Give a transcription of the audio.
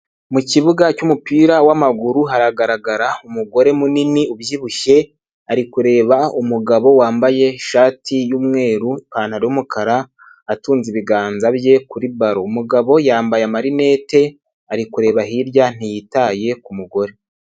Mu kibuga cy'umupira w'amaguru haragaragara umugore munini ubyibushye, ari kureba umugabo wambaye ishati y'umweru, ipantaro y'umukara, atunze ibiganza bye kuri baro, umugabo yambaye amarinete, ari kureba hirya ntiyitaye ku mugore.